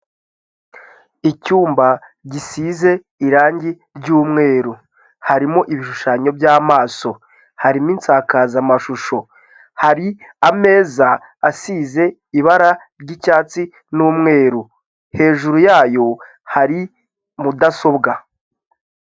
Icyumba gisize irangi ry'umweru harimo ibishushanyo by'amaso, harimo isakazamashusho, hari ameza asize ibara ry'icyatsi n'umweru, hejuru yayo hari mudasobwa.